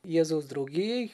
jėzaus draugijai